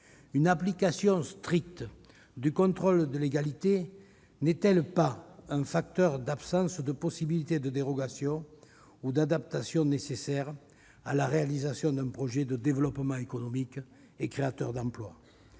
Une application stricte du contrôle de légalité n'est-elle pas un facteur d'absence de possibilité de dérogation ou d'adaptation nécessaire à la réalisation d'un projet de développement économique et créateur d'emplois ?